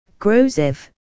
Grozev